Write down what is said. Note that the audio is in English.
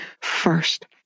first